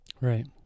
Right